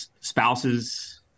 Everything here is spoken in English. spouses